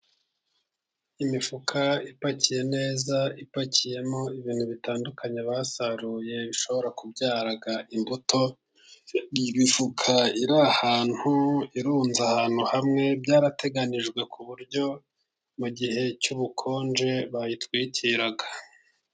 Imifuka ipakiye neza, ipakiyemo ibintu bitandukanye basaruye, bishobora kubyara imbuto, imifuka iri ahantu, irunze ahantu hamwe, byarateganijwe ku buryo mu gihe cy'ubukonje bayitwikira.